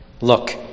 Look